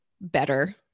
better